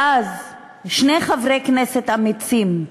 ואז, שני חברי כנסת אמיצים,